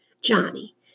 Johnny